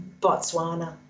Botswana